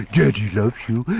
daddy loves you.